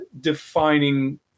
defining